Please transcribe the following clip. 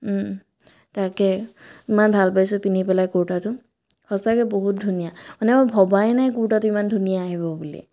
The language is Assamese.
তাকে ইমান ভাল পাইছোঁ পিন্ধি পেলাই কুৰ্তাটো সঁচাকৈ বহুত ধুনীয়া মানে মই ভবায়েই নাই কুৰ্তাটো ইমান ধুনীয়া আহিব বুলি